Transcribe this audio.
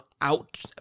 out